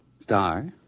Star